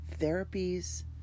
therapies